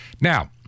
Now